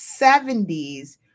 70s